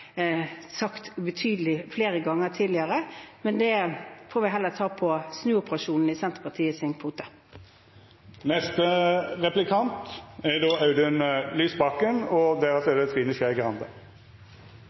sagt tydelig flere ganger tidligere, men det får vi heller ta på kvoten for snuoperasjonen i Senterpartiet.